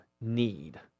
need